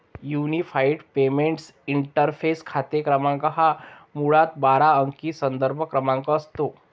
unified payments interface खाते क्रमांक हा मुळात बारा अंकी संदर्भ क्रमांक असतो